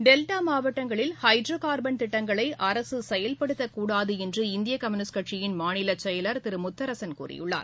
delta மாவட்டங்களில் hydrocarbon திட்டங்களை அரசு செயல்படுத்தக்கூடாது என்று இந்திய கம்யூனிஸ்ட் கட்சியின் மாநில செயலர் திரு முத்தரசன் கூறியுள்ளார்